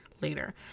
later